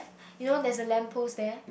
you know there's a lamp post there